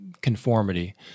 conformity